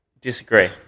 Disagree